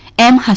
em